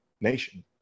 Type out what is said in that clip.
nation